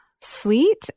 sweet